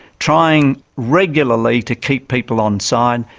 trying regularly to keep people onside,